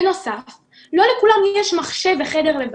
בנוסף לא לכולם יש מחשב וחדר לבד,